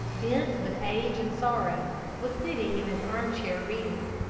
bent with age and sorrow, was sitting in his arm-chair reading.